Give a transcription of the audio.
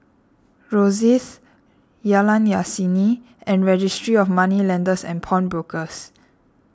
Rosyth Jalan Yasin and Registry of Moneylenders and Pawnbrokers